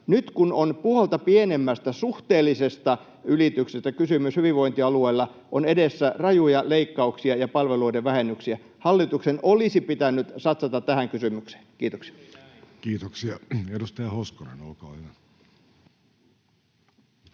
Nyt kun on puolta pienemmästä suhteellisesta ylityksestä kysymys, hyvinvointialueilla on edessä rajuja leikkauksia ja palveluiden vähennyksiä. Hallituksen olisi pitänyt satsata tähän kysymykseen. — Kiitoksia. [Tuomas Kettunen: Juuri